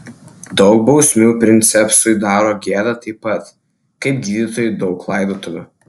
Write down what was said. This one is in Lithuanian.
daug bausmių princepsui daro gėdą taip pat kaip gydytojui daug laidotuvių